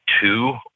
two